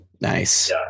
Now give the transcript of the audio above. Nice